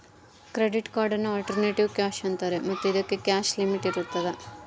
credit ಕಾರ್ಡನ್ನು alternative cash ಅಂತಾರೆ ಮತ್ತು ಇದಕ್ಕೆ ಕ್ಯಾಶ್ ಲಿಮಿಟ್ ಇರ್ತದ